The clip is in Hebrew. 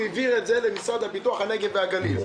הוא העביר את זה למשרד לפיתוח הנגב והגליל.